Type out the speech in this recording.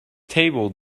table